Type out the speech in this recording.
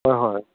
হয় হয়